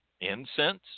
incense